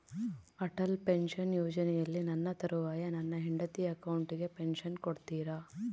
Atal pension ಯೋಜನೆಯಲ್ಲಿ ನನ್ನ ತರುವಾಯ ನನ್ನ ಹೆಂಡತಿ ಅಕೌಂಟಿಗೆ ಪೆನ್ಶನ್ ಕೊಡ್ತೇರಾ?